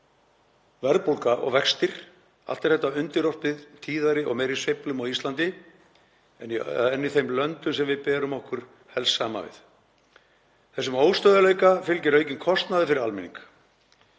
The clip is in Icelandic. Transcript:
verðbólga og vextir; allt er þetta undirorpið tíðari og meiri sveiflum á Íslandi en í þeim löndum sem við berum okkur helst saman við. Þessum óstöðugleika fylgir aukinn kostnaður fyrir almenning.